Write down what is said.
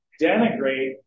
denigrate